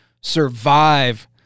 survive